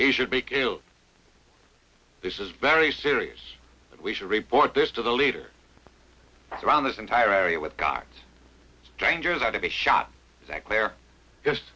a should be killed this is very serious we should report this to the leader around this entire area with god's strangers ought to be shot that claire